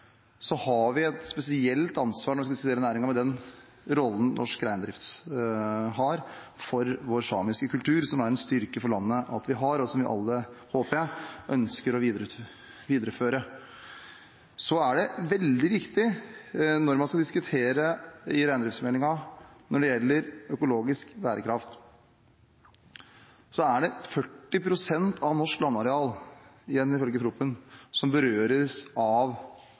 har vi et spesielt ansvar når vi skal diskutere næringen med den rollen norsk reindrift har for vår samiske kultur, som det er en styrke for landet at vi har, og som vi alle – håper jeg – ønsker å videreføre. Det er veldig viktig, når man skal diskutere reindriftsmeldingen, når det gjelder økologisk bærekraft, å huske at det er 40 pst. av norsk landareal – igjen ifølge proposisjonen – som berøres av